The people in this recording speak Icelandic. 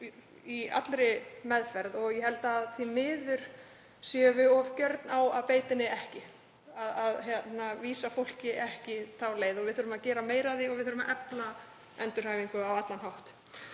í allri meðferð. Ég held að því miður séum við of gjörn á að beita henni ekki, að vísa fólki ekki þá leið. Við þurfum að gera meira af því og við þurfum að efla endurhæfingu á allan hátt.